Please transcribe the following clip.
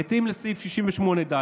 בהתאם לסעיף 68ד,